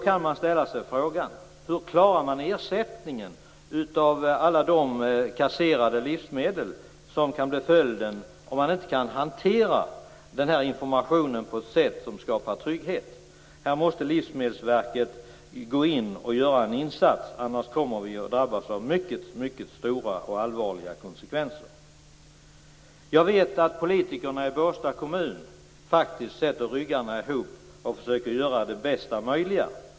Man kan ställa sig frågan hur man klarar ersättningen av alla de kasserade livsmedel som kan bli följden om man inte kan hantera denna information på ett sätt som skapar trygghet. Här måste Livsmedelsverket gå in och göra en insats, annars kommer vi att drabbas av mycket stora och allvarliga konsekvenser. Jag vet att politikerna i Båstad kommun sätter ryggarna ihop och försöker göra det bästa möjliga.